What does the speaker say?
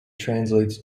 translates